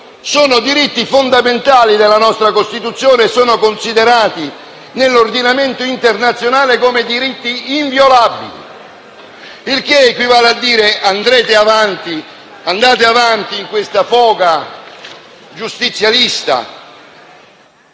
sono diritti fondamentali della nostra Costituzione, considerati nell'ordinamento internazionale come diritti inviolabili. Il tutto equivale a dire: andate avanti in questa foga giustizialista;